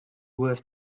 worth